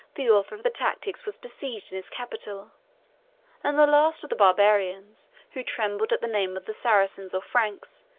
the author of the tactics was besieged in his capital and the last of the barbarians, who trembled at the name of the saracens, or franks,